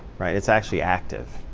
it's actually active.